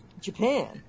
Japan